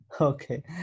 okay